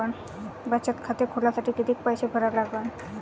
बचत खाते खोलासाठी किती पैसे भरा लागन?